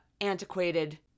antiquated